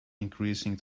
increasing